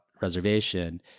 reservation